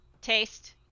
taste